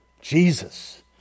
Jesus